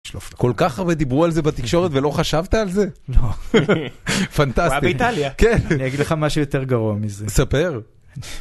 כל כך הרבה דיברו על זה בתקשורת ולא חשבת על זה. פנטסטי, הוא היה באיטליה. אני אגיד לך משהו יותר גרוע מזה, ספר